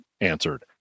answered